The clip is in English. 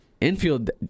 infield